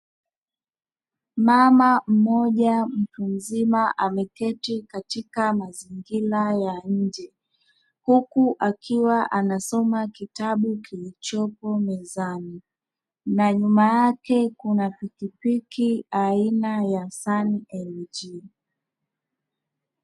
Mama mmoja mtu mzima ameketi katika mazingira ya nje, huku akiwa anasoma kitabu kilichopo mezani; na nyuma yake kuna pikipiki aina ya 'SANLG'.